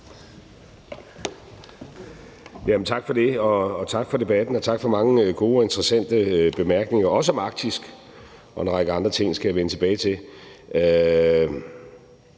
Tak for det. Tak for debatten, og tak for mange gode og interessante bemærkninger, også om Arktis og en række andre ting. Det skal jeg vende tilbage til.